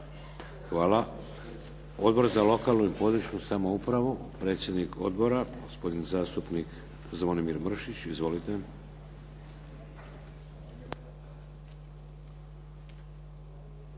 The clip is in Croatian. Hvala. Odbor za lokalnu i područnu samoupravu. Predsjednik odbora gospodin zastupnik Zvonimir Mršić. Izvolite.